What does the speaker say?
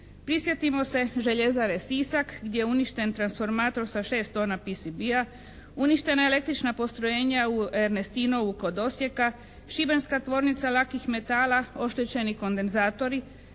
Prisjetimo se Željezare Sisak gdje je uništen transformator sa 6 tona PCB-a, uništena je električna postrojenja u Ernestinovu kod Osijeka, Šibenska tvornica lakih metala, oštećeni kondenzatori,